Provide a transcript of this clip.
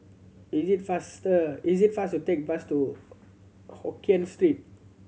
is it faster is it fast to take bus to Hokkien Street